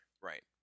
Right